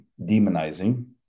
demonizing